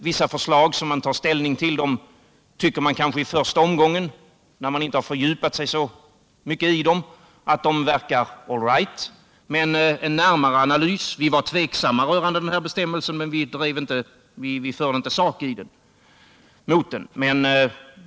Vissa förslag som man skall ta ställning till förefaller kanske i första omgången, när man inte fördjupat sig så mycket i dem, att vara all right. När det gäller denna bestämmelse var vi till en början tvek samma, men vi förde inte sak mot den.